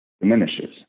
diminishes